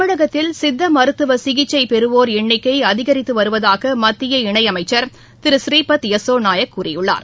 தமிழகத்தில் சித்த மருத்துவ சிகிச்சை பெறுவோர் எண்ணிக்கை அதிகரித்து வருவதாக மத்திய இணை அமைச்சர் திரு ஸ்ரீபத் யசோ நாயக் கூறியுள்ளார்